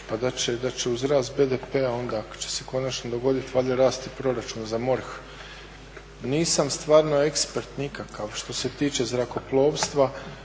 pa da će uz rast BDP-a onda ako će se konačno dogoditi valjda rasti i proračun za MORH. Nisam stvarno ekspert nikakav što se tiče zrakoplovstva,